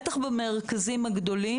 בטח במרכזים הגדולים,